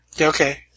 Okay